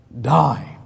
die